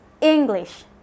English